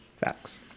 Facts